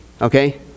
okay